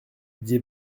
dit